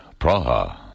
Praha